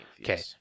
Okay